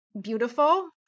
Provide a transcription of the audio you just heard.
beautiful